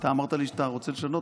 אתה אמרת לי שאתה רוצה לשנות,